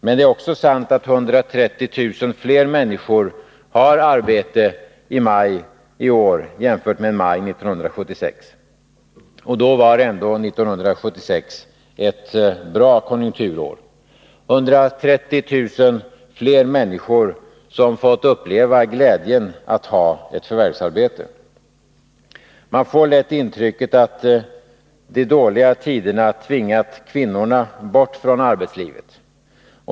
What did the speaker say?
Men det är också sant att 130 000 fler människor har arbete i maj i år än i maj 1976. Då var ändå 1976 ett bra konjunkturår. 130 000 fler människor har alltså fått uppleva glädjen att ha ett förvärvsarbete. Man får lätt intrycket att de dåliga tiderna tvingat kvinnorna bort från arbetslivet.